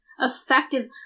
effective